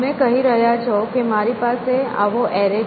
તમે કહી રહ્યા છો કે મારી પાસે આવો એરે છે